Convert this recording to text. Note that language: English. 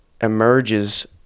emerges